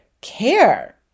care